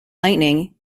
lightning